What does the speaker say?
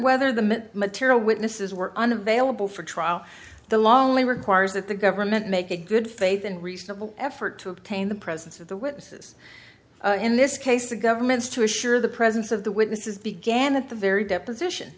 whether the material witnesses were unavailable for trial the longly requires that the government make a good faith and reasonable effort to obtain the presence of the witnesses in this case the government's to assure the presence of the witnesses began at the very deposition